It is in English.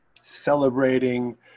celebrating